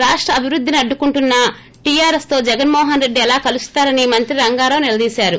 రాష్ట అభివృద్దిని అడ్డుకుంటున్న టీఆర్ ఎస్ తో జగన్మోహన్ రెడ్డి ఎలా కలుస్తారని మంత్రి రంగారావు నిలదీశారు